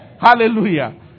Hallelujah